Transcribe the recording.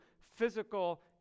physical